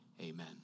amen